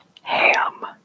ham